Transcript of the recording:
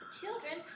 Children